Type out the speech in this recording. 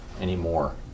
anymore